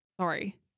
sorry